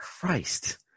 Christ